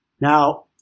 Now